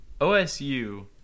OSU